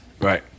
Right